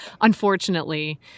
unfortunately